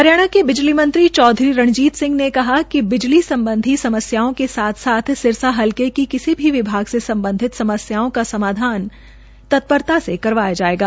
हरियाणा के बिजली मंत्री चौधरी रणजीत सिंह ने कहा कि बिजली सम्बधी समस्याओं के साथ साथ सिरसा हलके की किसी भी विभाग से सम्बधित समस्याओं का समाधान तत्परता से कराया जायेगा